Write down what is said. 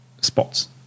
spots